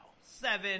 Seven